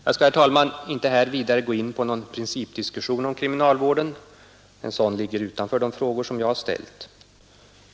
Jag skall, herr talman, inte här vidare gå in på någon principdiskussion om kriminalvården, en sådan ligger utanför de frågor jag har ställt.